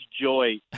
joy